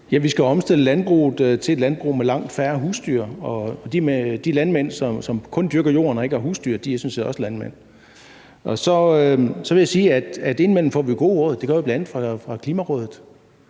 vi skal omstille landbruget til et landbrug med langt færre husdyr, og de landmænd, som kun dyrker jorden og ikke har husdyr, er sådan set også landmænd. Så vil jeg sige, at vi indimellem får gode råd. Det gør vi bl.a. fra Klimarådet,